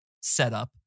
setup